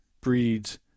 breeds